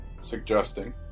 suggesting